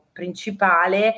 principale